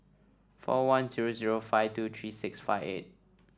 four one zero zero five two three six five eight